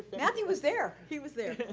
matthew was there. he was there.